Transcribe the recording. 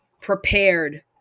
prepared